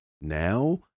Now